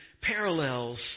parallels